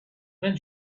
then